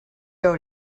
owed